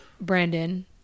Brandon